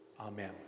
Amen